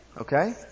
Okay